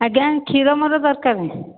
ଆଜ୍ଞା କ୍ଷୀର ମୋର ଦରକାର